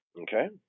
Okay